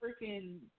freaking